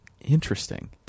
Interesting